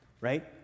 right